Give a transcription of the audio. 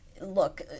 look